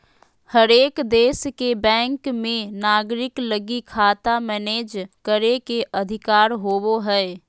हरेक देश के बैंक मे नागरिक लगी खाता मैनेज करे के अधिकार होवो हय